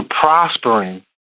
prospering